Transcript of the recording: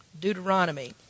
deuteronomy